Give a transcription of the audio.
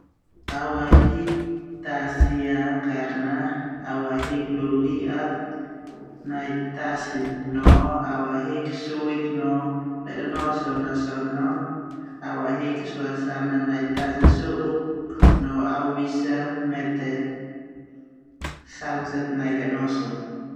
Au ahik tasi a karna au ahik dolu ia nai tasi no au ahik suik no ledonoson so na au ahik suasana nai tasi su'uk no au bisa mete samset ledo dae noso.